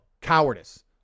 cowardice